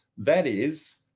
that is,